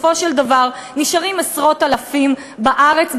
בסופו של דבר נשארים עשרות אלפים בארץ,